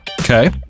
Okay